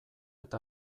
eta